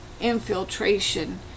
infiltration